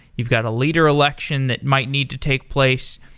you've got a leader election that might need to take place,